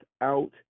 out